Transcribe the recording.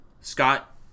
Scott